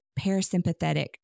parasympathetic